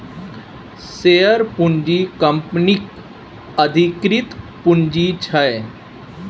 share पूँजी कंपनीक अधिकृत पुंजी छै